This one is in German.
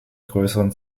größeren